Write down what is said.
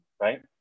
Right